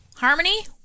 Harmony